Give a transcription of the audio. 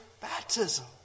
baptism